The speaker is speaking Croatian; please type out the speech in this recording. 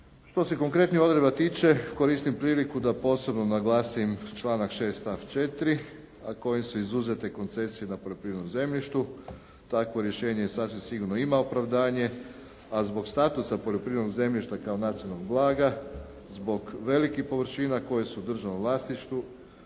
Što se konkretnih odredba tiče koristim priliku da posebno naglasim članak 6. stav 4. a koje su izuzete koncesije na poljoprivrednom zemljištu. Takvo rješenje sasvim sigurno ima opravdanje, a zbog statusa poljoprivrednog zemljišta kao nacionalnog blaga zbog velikih površina koje su u državnom vlasništvu